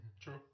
True